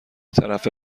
طرفه